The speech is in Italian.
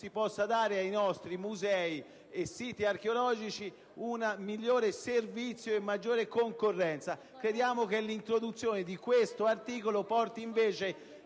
possa dare ai nostri musei e siti archeologici un migliore servizio e una maggiore concorrenzialità; crediamo che l'introduzione di questo articolo porti invece a